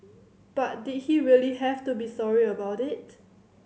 but did he really have to be sorry about it